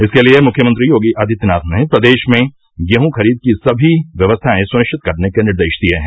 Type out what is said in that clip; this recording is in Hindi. इसके लिये मुख्यमंत्री योगी आदित्यनाथ ने प्रदेश में गेहूं खरीद की समी व्यवस्थाएं सुनिश्चित करने के निर्देश दिये है